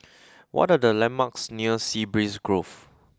what are the landmarks near Sea Breeze Grove